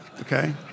okay